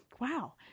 Wow